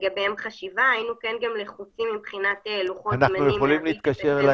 לגביהם חשיבה האם גם מבחינת לוחות זמנים -- אנחנו יכולים להתקשר אליך